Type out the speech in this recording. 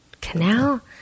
canal